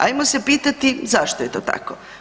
Ajmo se pitati zašto je to tako.